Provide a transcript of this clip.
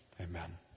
amen